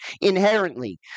inherently